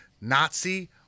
Nazi